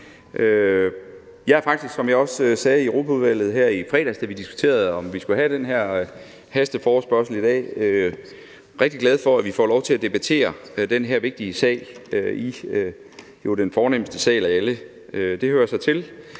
Jeg er faktisk, som jeg også sagde i Europaudvalget her i fredags, da vi diskuterede, om vi skulle have den her hasteforespørgsel i dag, rigtig glad for, at vi får lov til at debattere den her vigtige sag i den jo fornemste sal af alle, og det hører sig til,